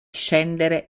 scendere